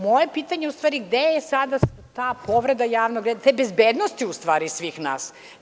Moje pitanje je, u stvari, gde je sada ta povreda javnog reda, tj. bezbednosti, u stvari, svih nas?